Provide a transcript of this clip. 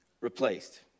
replaced